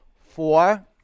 Four